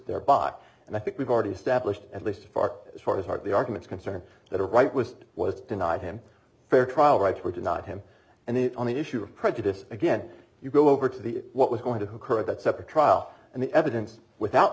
thereby and i think we've already established at least far as far as heart the arguments concerned that a right was was denied him fair trial rights were denied him and the on the issue of prejudice again you go over to the what was going to occur that separate trial and the evidence without